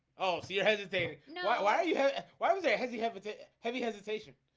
oh see you're hesitating. you know why why are you why was a heavy heavy heavy hesitation?